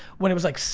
when it was like.